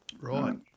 Right